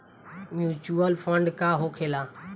Mutual fund का होखेला?